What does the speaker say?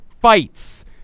fights